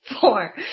Four